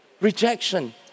Rejection